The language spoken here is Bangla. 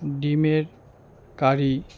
ডিমের কারি